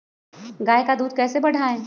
गाय का दूध कैसे बढ़ाये?